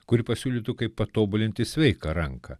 kuri pasiūlytų kaip patobulinti sveiką ranką